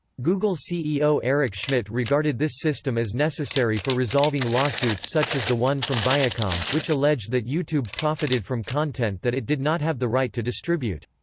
google ceo eric schmidt regarded this system as necessary for resolving lawsuits such as the one from viacom, which alleged that youtube profited from content that it did not have the right to distribute.